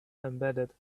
embedded